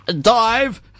dive